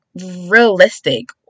realistic